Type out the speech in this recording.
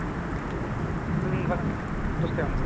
जागोन दसथायावनो